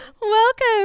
Welcome